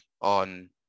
on